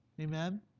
Amen